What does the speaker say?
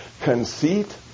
Conceit